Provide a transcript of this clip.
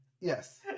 Yes